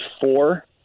four